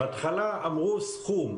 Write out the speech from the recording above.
בהתחלה אמרו סכום.